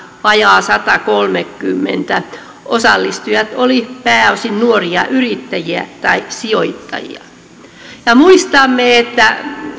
vajaat satakolmekymmentä osallistujat olivat pääosin nuoria yrittäjiä tai sijoittajia muistamme että